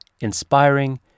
inspiring